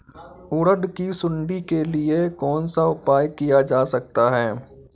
उड़द की सुंडी के लिए कौन सा उपाय किया जा सकता है?